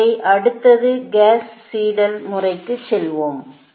எனவே அடுத்தது Gauss Seidel முறைக்கு செல்வோம்